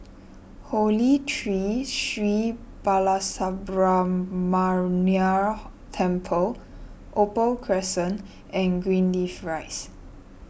Holy Tree Sri Balasubramaniar Temple Opal Crescent and Greenleaf Rise